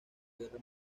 guerra